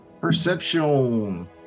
Perception